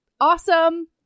awesome